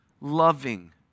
loving